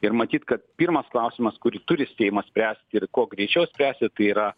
ir matyt kad pirmas klausimas kurį turi seimas spręsti ir kuo greičiau spręsti tai yra